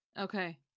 Okay